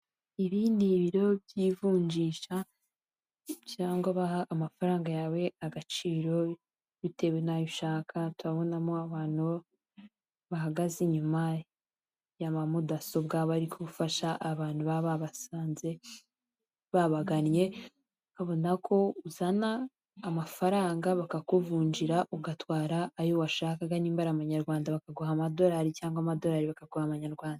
Ibi ni ibiro by'ivunjisha cyangwa baha amafaranga yawe agaciro bitewe n'ayo ushaka; turabonamo abantu bahagaze inyuma ya mudasobwa, bari gufasha abantu baba babasanze babagannye; urabona ko uzana amafaranga bakakuvunjira, ugatwara ayo washakaga niba amanyarwanda bakaguha amadolari, cyangwa amadolari bakaguha amanyarwanda.